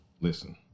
listen